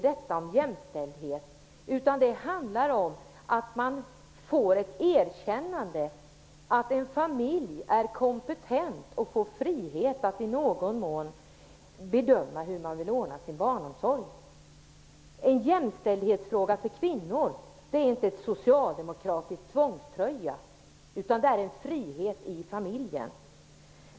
Det handlar om att man får ett erkännande att en familj är kompetent att bedöma hur man vill ordna sin barnomsorg och att man i någon mån får valfrihet att göra det. Jämställdhet för kvinnor är inte en socialdemokratisk tvångströja utan en frihet i familjen.